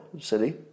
city